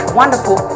wonderful